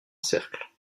cercle